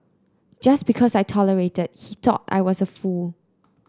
just because I tolerated he thought I was a fool